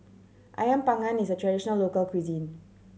Ayam Panggang is a traditional local cuisine